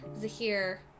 Zahir